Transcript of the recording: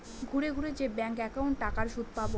ঘুরে ঘুরে যে ব্যাঙ্ক একাউন্টে টাকার সুদ পাবো